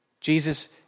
Jesus